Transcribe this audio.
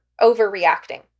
overreacting